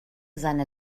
seine